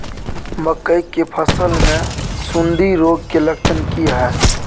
मकई के फसल मे सुंडी रोग के लक्षण की हय?